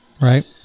right